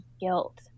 guilt